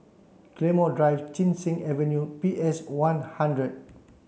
Claymore Drive Chin Cheng Avenue and P S One hundred